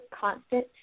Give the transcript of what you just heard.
constant